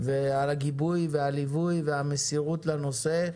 על הגיבוי, הליווי והמסירות לנושא.